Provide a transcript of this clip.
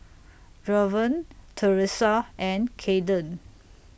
Draven Teressa and Kaeden